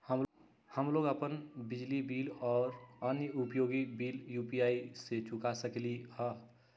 हम लोग अपन बिजली बिल और अन्य उपयोगिता बिल यू.पी.आई से चुका सकिली ह